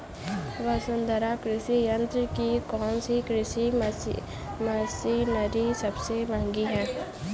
वसुंधरा कृषि यंत्र की कौनसी कृषि मशीनरी सबसे महंगी है?